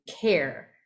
care